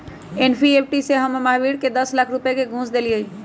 NEFT से हम महावीर के दस लाख रुपए का घुस देलीअई